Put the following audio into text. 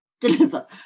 deliver